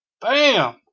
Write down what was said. Bam